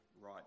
right